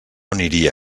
aniria